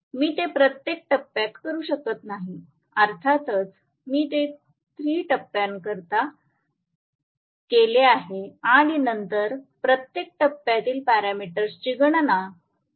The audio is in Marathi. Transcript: मी ते प्रत्येक टप्प्यात करू शकत नाही अर्थातच मी ते 3 टप्प्यांकरिता केले आहे आणि नंतर प्रत्येक टप्प्यातील पॅरामीटर्सची गणना करा